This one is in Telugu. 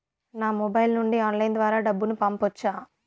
నా మొబైల్ నుండి ఆన్లైన్ ద్వారా డబ్బును పంపొచ్చా